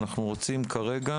אנחנו רוצים כרגע